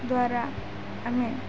ଦ୍ୱାରା ଆମେ